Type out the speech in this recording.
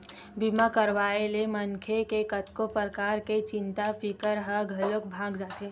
बीमा करवाए ले मनखे के कतको परकार के चिंता फिकर ह घलोक भगा जाथे